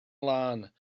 lân